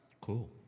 Cool